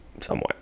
Somewhat